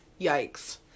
yikes